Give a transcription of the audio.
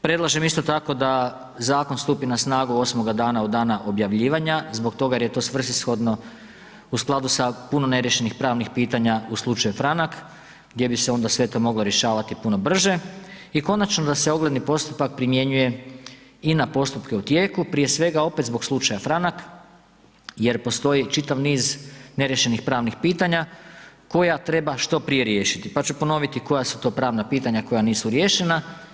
Predlažem isto tako da zakon stupi na snagu osmoga dana od objavljivanja zbog toga jer je to svrsishodno u skladu sa puno neriješenih pravnih pitanja u slučaju Franak gdje bi se onda sve to moglo rješavati puno brže i konačno da se ogledni postupak primjenjuje i na postupke u tijeku, prije svega opet zbog slučaja Franak jer postoji čitav niz neriješenih pravnih pitanja koja treba što prije riješiti pa ću ponoviti koja su to pravna pitanja koja nisu riješena.